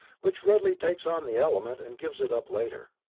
which readily takes on the element, and gives it up later.